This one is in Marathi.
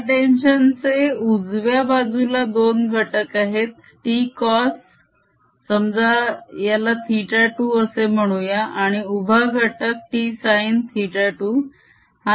या टेन्शन चे उजव्या बाजूला दोन घटक आहेत T cos - समजा याला θ2 असे म्हणूया आणि उभा घटक T sin θ 2